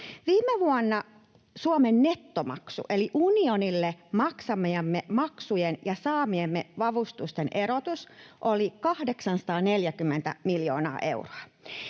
Viime vuonna Suomen nettomaksu eli unionille maksamiemme maksujen ja saamiemme avustusten erotus oli 840 miljoonaa euroa.